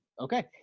okay